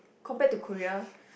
compared to Korea